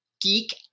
geek